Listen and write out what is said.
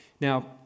Now